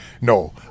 no